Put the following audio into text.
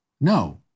No